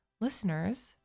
listeners